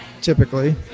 typically